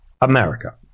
America